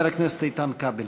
ואחריו, חבר הכנסת איתן כבל.